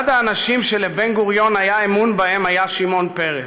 אחד האנשים שלבן-גוריון היה אמון בהם היה שמעון פרס.